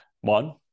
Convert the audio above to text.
one